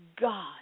God